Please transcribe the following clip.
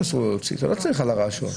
שאסור לו להוציא אותו,